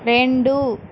రెండు